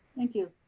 thank you.